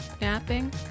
napping